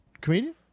Comedian